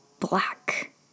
black